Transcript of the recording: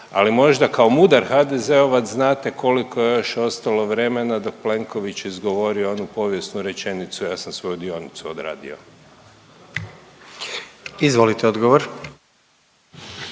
ali možda kao mudar HDZ-ovac znate koliko je još ostalo vremena dok Plenković izgovori onu povijesnu rečenicu ja sam svoju dionicu odradio. **Jandroković,